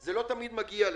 זה לא תמיד מגיע לשם.